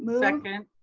second.